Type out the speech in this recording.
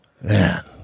Man